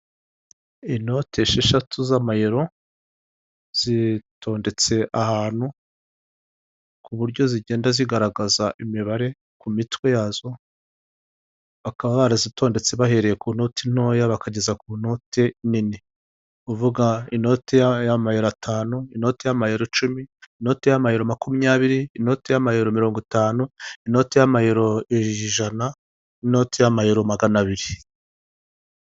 Inote esheshatu z'amayero zitondetse ahantu, ku buryo zigenda zigaragaza imibare ku mitwe yazo, bakaba barazitondetse bahereye ku noti ntoya bakageza ku note nini, ni ukuvuga inote y'amayero atanu, inoti y'amayero icumi, inote y'amayero makumyabiri, inote y'amayero mirongo itanu, inoti y'amayero ijana n'inoti y'amayero magana abiri.